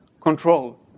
control